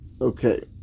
Okay